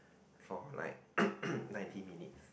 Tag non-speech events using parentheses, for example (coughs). for like (coughs) ninety minutes